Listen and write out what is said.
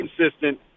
consistent